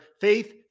Faith